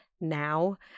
now